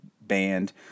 band